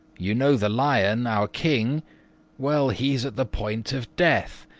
you know the lion, our king well, he's at the point of death,